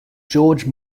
george